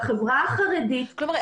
לחברה החרדית --- כלומר,